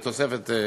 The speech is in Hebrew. בתוספת פרטים.